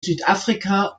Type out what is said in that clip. südafrika